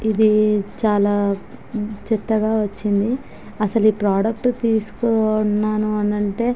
ఇది చాలా చెత్తగా వచ్చింది అస్సలు ఈ ప్రోడక్ట్ తీసుకొని ఉన్నాను అంటే